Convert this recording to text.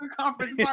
Conference